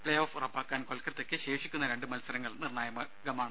പ്പേ ഓഫ് ഉറപ്പാക്കാൻ കൊൽക്കത്തയ്ക്ക് ശേഷിക്കുന്ന രണ്ടു മത്സരങ്ങൾ നിർണായകമാവും